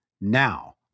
now